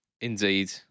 Indeed